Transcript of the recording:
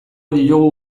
diogu